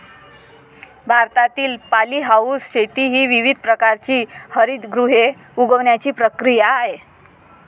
भारतातील पॉलीहाऊस शेती ही विविध प्रकारची हरितगृहे उगवण्याची प्रक्रिया आहे